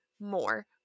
more